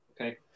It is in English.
Okay